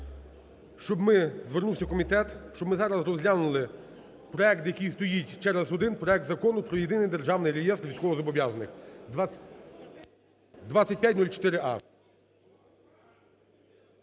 щоб ми звернулися в комітет, щоб ми зараз розглянули проект, який стоїть через один: проект Закону про Єдиний державний реєстр військовозобов'язаних (2504а).